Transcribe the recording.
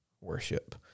worship